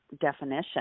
definition